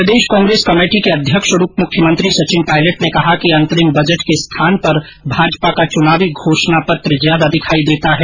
प्रदेश Congress committee के अध्यक्ष और उप मुख्यमंत्री सचिन पायलट ने कहा कि यह अंतरिम बजट के स्थान पर भाजपा का चुनावी घोषणा पत्र ज्यादा दिखाई देता है